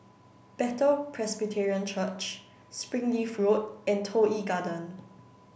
Bethel Presbyterian Church Springleaf Road and Toh Yi Garden